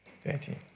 thirteen